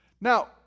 Now